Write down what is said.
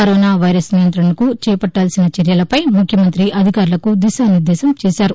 corona virus నియంతణకు చేపట్టాల్సిన చర్యలపై ముఖ్యమంతి అధికారులకు దిశానిర్దేశం చేశారు